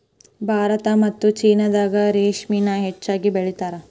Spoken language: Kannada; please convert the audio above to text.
ಭಾರತಾ ಮತ್ತ ಚೇನಾದಾಗ ರೇಶ್ಮಿನ ಹೆಚ್ಚಾಗಿ ಬೆಳಿತಾರ